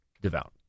devout